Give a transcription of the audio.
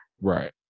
right